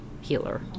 healer